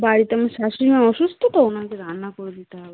বাড়িতে আমার শাশুড়ি মা অসুস্ত তো ওনাকে রান্না করে দিতে হবে